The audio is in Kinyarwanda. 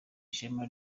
ishema